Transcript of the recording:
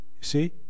see